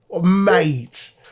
mate